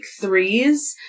threes